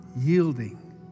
yielding